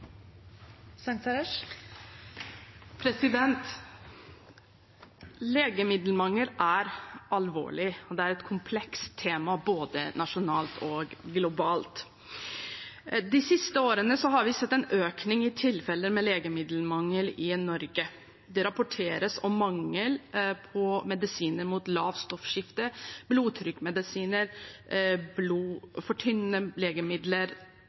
et komplekst tema både nasjonalt og globalt. De siste årene har vi sett en økning i tilfeller med legemiddelmangel i Norge. Det rapporteres om mangel på medisiner mot lavt stoffskifte, blodtrykksmedisiner, blodfortynnende legemidler,